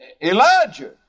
Elijah